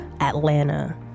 Atlanta